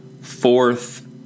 fourth